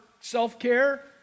self-care